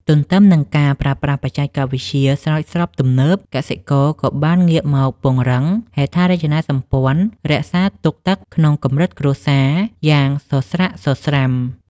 ទន្ទឹមនឹងការប្រើប្រាស់បច្ចេកវិទ្យាស្រោចស្រពដ៏ទំនើប កសិករក៏បានងាកមកពង្រឹងហេដ្ឋារចនាសម្ព័ន្ធរក្សាទុកទឹកក្នុងកម្រិតគ្រួសារយ៉ាងសស្រាក់សស្រាំ។